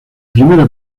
primera